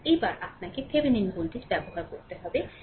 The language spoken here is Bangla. এইবারে আপনাকে Theveninভোল্টেজ ব্যবহার করতে হবে